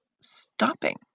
stopping